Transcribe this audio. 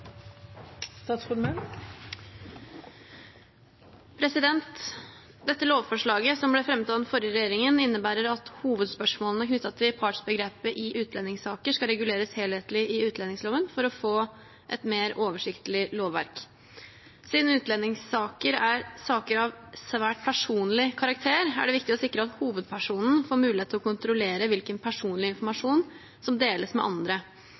Dette lovforslaget, som ble fremmet av den forrige regjeringen, innebærer at hovedspørsmålene knyttet til partsbegrepet i utlendingssaker skal reguleres helhetlig i utlendingsloven, for å få et mer oversiktlig lovverk. Siden utlendingssaker er saker av svært personlig karakter, er det viktig å sikre at «hovedpersonen» får mulighet til å kontrollere hvilken personlig informasjon som deles med andre.